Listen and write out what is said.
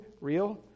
real